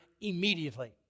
immediately